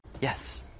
Yes